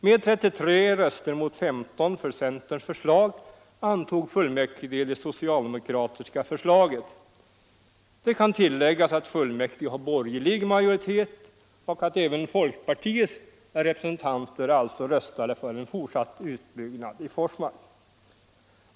Med 39 röster mot 15 för centerns förslag antog fullmäktige det socialdemokratiska förslaget. Det kan tilläggas att fullmäktige har borgerlig majoritet och att även folkpartiets representanter alltså röstade för en fortsatt utbyggnad i Forsmark.